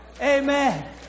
Amen